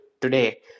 today